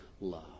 love